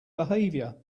behavior